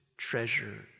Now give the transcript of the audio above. treasure